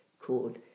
called